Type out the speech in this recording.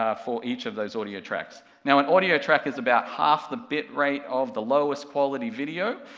ah for each of those audio tracks. now an audio track is about half the bit rate of the lowest quality video,